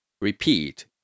repeat